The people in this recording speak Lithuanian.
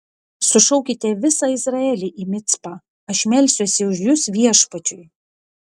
sušaukite visą izraelį į micpą aš melsiuosi už jus viešpačiui